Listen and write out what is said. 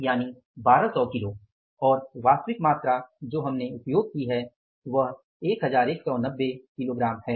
1200 kilo और वास्तविक मात्रा जो हमने उपयोग की है वह 1190 किलोग्राम है